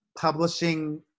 publishing